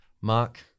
Mark